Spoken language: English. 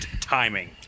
timing